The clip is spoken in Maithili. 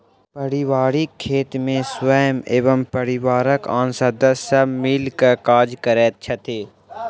पारिवारिक खेत मे स्वयं एवं परिवारक आन सदस्य सब मिल क काज करैत छथि